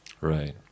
right